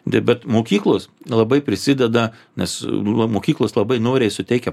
ne bet mokyklos labai prisideda nes na mokyklos labai noriai suteikia